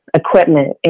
equipment